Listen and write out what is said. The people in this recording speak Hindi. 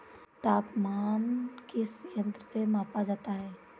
तापमान किस यंत्र से मापा जाता है?